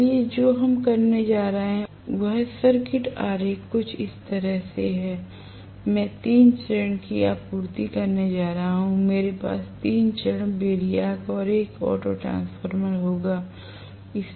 इसलिए जो हम करने जा रहे हैं वह सर्किट आरेख कुछ इस तरह है कि मैं 3 चरण की आपूर्ति करने जा रहा हूं मेरे पास 3 चरण वैरिएक या एक ऑटो ट्रांसफार्मर होगा